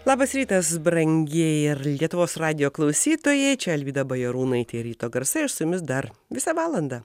labas rytas brangieji ir lietuvos radijo klausytojai čia alvyda bajarūnaitė ryto garsai aš su jumis dar visą valandą